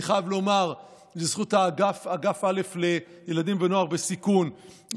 אני חייב לומר לזכות אגף א' לילדים ונוער בסיכון,